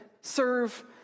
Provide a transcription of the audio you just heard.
serve